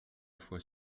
fois